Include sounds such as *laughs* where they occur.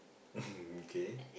*laughs* okay